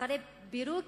אחרי פירוק